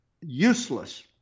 useless